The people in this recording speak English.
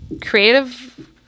creative